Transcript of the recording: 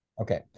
Okay